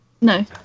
no